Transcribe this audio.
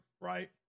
right